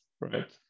right